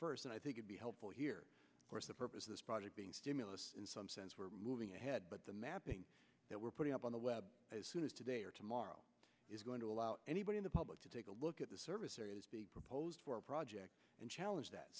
map and i think would be helpful here the purpose of this project being stimulus in some sense we're moving ahead but the mapping that we're putting up on the web as soon as today or tomorrow it's going to allow anybody in the public to take a look at the service there is being proposed for a project and challenge that